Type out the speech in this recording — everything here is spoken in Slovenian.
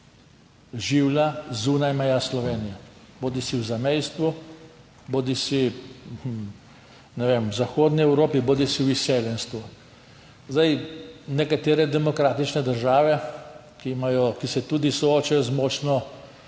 življa zunaj meja Slovenije, bodisi v zamejstvu, bodisi, ne vem, v zahodni Evropi, bodisi v izseljenstvu. Zdaj, nekatere demokratične države, ki se tudi soočajo z močno